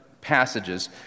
passages